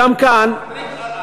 הם מעסיקים יותר עובדים.